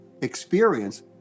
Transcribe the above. experience